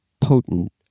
potent